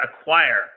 acquire